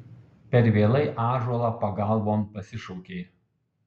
matyt per vėlai ąžuolą pagalbon pasišaukei